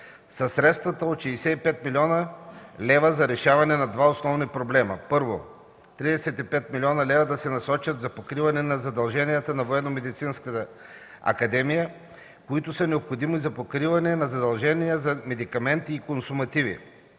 средства от 65 млн. лв. за решаване на два основни проблема: първо, 35 млн. лева да се насочат за покриване на задълженията на Военномедицинска академия, които са необходими за покриване на задължения за медикаменти и консумативи;